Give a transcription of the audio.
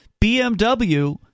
BMW